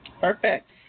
perfect